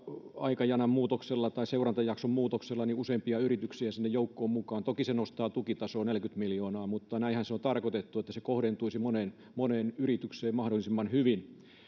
aikajanamuutoksella seurantajakson muutoksella useampia yrityksiä sinne joukkoon mukaan toki se nostaa tukitasoa neljäkymmentä miljoonaa mutta näinhän se on tarkoitettu että se kohdentuisi moneen moneen yritykseen mahdollisimman hyvin